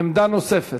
עמדה נוספת.